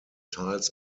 tiles